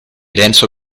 renzo